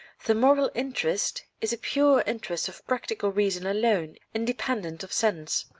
the moral interest is a pure interest of practical reason alone, independent of sense.